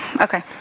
Okay